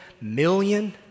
million